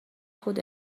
خود